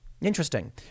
interesting